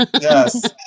Yes